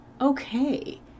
okay